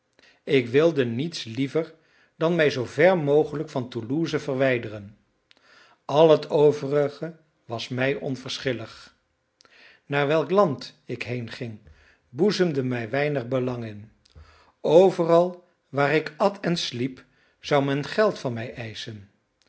ik wilde niets liever dan mij zoo ver mogelijk van toulouse verwijderen al het overige was mij onverschillig naar welk land ik heenging boezemde mij weinig belang in overal waar ik at en sliep zou men geld van mij eischen